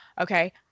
Okay